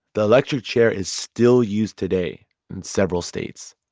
the electric chair is still used today in several states